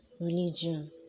religion